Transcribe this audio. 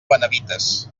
benavites